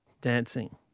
dancing